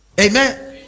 amen